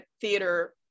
theater